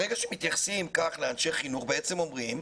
ברגע שמתייחסים כך לאנשי חינוך, בעצם אומרים,